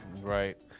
right